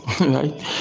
right